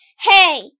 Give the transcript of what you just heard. Hey